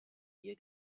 ihr